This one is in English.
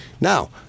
Now